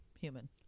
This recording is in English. human